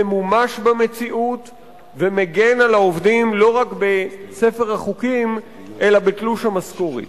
ממומש במציאות ומגן על העובדים לא רק בספר החוקים אלא בתלוש המשכורת.